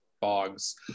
bogs